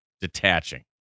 detaching